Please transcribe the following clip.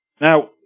Now